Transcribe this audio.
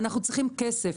אנחנו צריכים כסף.